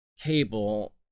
cable